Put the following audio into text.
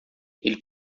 ele